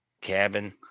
cabin